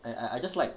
I I just like